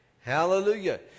Hallelujah